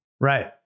right